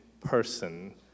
person